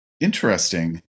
Interesting